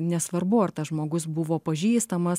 nesvarbu ar tas žmogus buvo pažįstamas